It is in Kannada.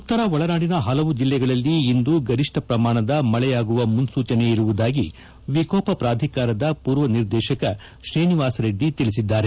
ಉತ್ತರ ಒಳನಾಡಿನ ಹಲವು ಜಿಲ್ಲೆಗಳಲ್ಲಿ ಇಂದು ಗರಿಷ್ಠ ಪ್ರಮಾಣದ ಮಳೆಯಾಗುವ ಮುನ್ಪೂಚನೆ ಇರುವುದಾಗಿ ವಿಕೋಪ ಪ್ರಾಧಿಕಾರದ ಪೂರ್ವ ನಿರ್ದೇಶಕ ಶ್ರೀನಿವಾಸ ರೆಡ್ಡಿ ತಿಳಿಸಿದ್ದಾರೆ